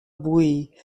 buí